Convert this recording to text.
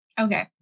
Okay